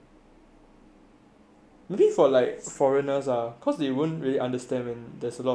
maybe for like foreigners ah cause they wouldn't really understand when there's a lot of like